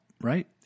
Right